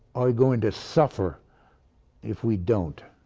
are going to suffer if we don't.